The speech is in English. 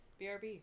BRB